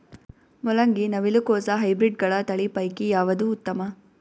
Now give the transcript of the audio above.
ಮೊಲಂಗಿ, ನವಿಲು ಕೊಸ ಹೈಬ್ರಿಡ್ಗಳ ತಳಿ ಪೈಕಿ ಯಾವದು ಉತ್ತಮ?